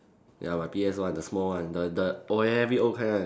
ya my P_S one the small one the the old kind one